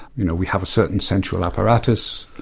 you know, we have a certain sensual apparatus,